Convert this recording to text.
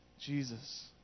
Jesus